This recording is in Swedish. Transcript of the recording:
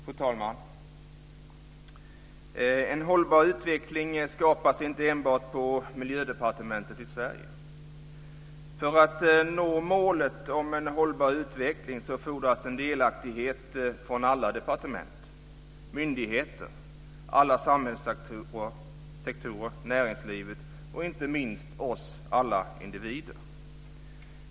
Fru talman! En hållbar utveckling skapas inte enbart på Miljödepartementet i Sverige. För att nå målet om en hållbar utveckling fordras en delaktighet från alla departement, myndigheter och samhällssektorer, från näringslivet och, inte minst, från alla oss individer.